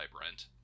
Brent